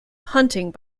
hunting